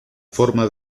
forma